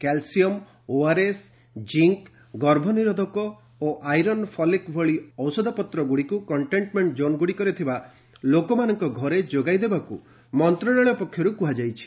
calcium ORS zinc ଗର୍ଭନିରୋଧକ ଓ iron folic ଭଳି ଔଷଧପତ୍ରଗୁଡ଼ିକୁ କଣ୍ଟେନ୍ମେଣ୍ଟ କୋନ୍ଗୁଡ଼ିକରେ ଲୋକମାନଙ୍କ ଘରେ ଯୋଗାଇବାକୁ ମନ୍ତ୍ରଣାଳୟ ପକ୍ଷରୁ କୁହାଯାଇଛି